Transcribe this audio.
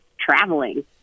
traveling